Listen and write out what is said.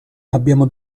abbiamo